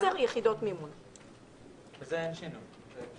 בזה אין שינוי.